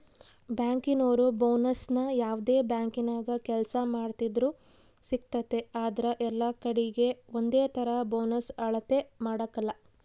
ಬ್ಯಾಂಕಿನೋರು ಬೋನಸ್ನ ಯಾವ್ದೇ ಬ್ಯಾಂಕಿನಾಗ ಕೆಲ್ಸ ಮಾಡ್ತಿದ್ರೂ ಸಿಗ್ತತೆ ಆದ್ರ ಎಲ್ಲಕಡೀಗೆ ಒಂದೇತರ ಬೋನಸ್ ಅಳತೆ ಮಾಡಕಲ